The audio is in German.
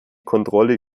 kontrolle